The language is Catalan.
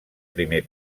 primer